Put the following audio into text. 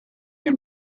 him